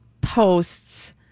posts